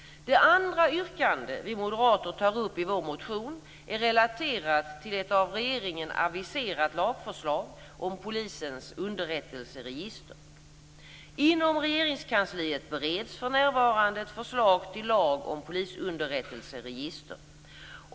Det andra yrkande vi moderater tar upp i vår motion är relaterat till ett av regeringen aviserat lagförslag om polisens underrättelseregister. Inom Regeringskansliet bereds för närvarande ett förslag till lag om polisunderrättelseregister.